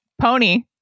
Pony